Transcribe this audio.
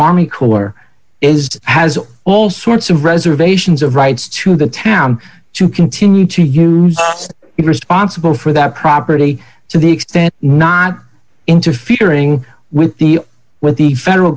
army corps is has all sorts of reservations of rights to the town to continue to use it responsible for that property to the extent not interfering with the with the federal